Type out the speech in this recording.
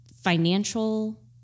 financial